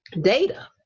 data